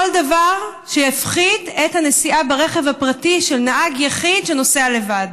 כל דבר שיפחית את הנסיעה ברכב פרטי של נהג יחיד שנוסע לבד.